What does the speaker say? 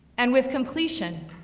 and with completion,